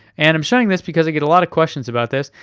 and i'm showing this because i get a lot of questions about this.